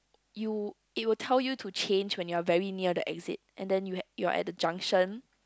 you it will tell you to change when you're very near the exit and then you you're at the junction